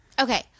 Okay